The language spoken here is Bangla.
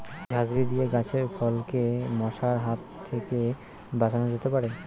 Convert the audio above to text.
ঝাঁঝরি দিয়ে গাছের ফলকে মশার হাত থেকে বাঁচানো যেতে পারে?